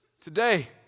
today